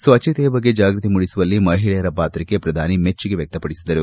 ಸ್ವಚ್ವತೆಯ ಬಗ್ಗೆ ಜಾಗೃತಿ ಮೂಡಿಸುವಳ್ಲಿ ಮಹಿಳೆಯರ ಪಾತ್ರಕ್ಷ ಪ್ರಧಾನಿ ಮೆಚ್ಚುಗೆ ವ್ಲಕ್ಷಪಡಿಸಿದರು